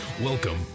Welcome